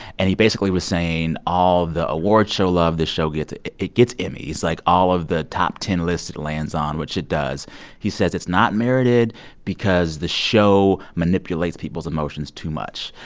and he basically was saying all the awards show love this show gets it it gets emmys. like, all of the top ten lists it lands on, which it does he says it's not merited because the show manipulates people's emotions too much,